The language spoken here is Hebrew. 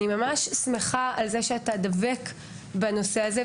אני ממש שמחה על כך שאתה דבק בנושא הזה,